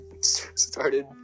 started